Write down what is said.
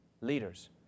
leaders